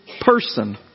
person